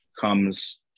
comes